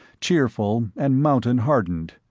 cheerful and mountain-hardened.